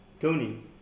Tony